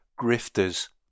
grifters